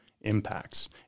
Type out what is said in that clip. impacts